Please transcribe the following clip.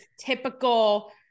typical